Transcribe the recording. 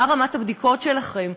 מה רמת הבדיקות שלכם?